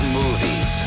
movies